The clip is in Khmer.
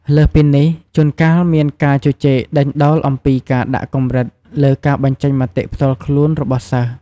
លើសពីនេះ ជួនកាលមានការជជែកដេញដោលអំពីការដាក់កម្រិតលើការបញ្ចេញមតិផ្ទាល់ខ្លួនរបស់សិស្ស។